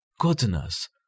goodness